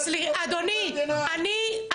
אדוני,